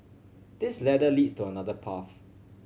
this ladder leads to another path